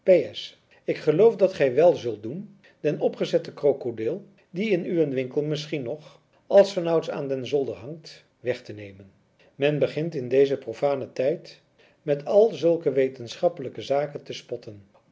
ik geloof dat gij wèl zult doen den opgezetten krokodil die in uwen winkel misschien nog als van ouds aan den zolder hangt weg te nemen men begint in dezen profanen tijd met al zulke wetenschappelijke zaken te spotten